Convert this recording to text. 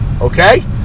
okay